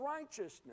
righteousness